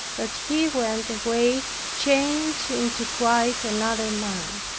that he went away changed into quite another man.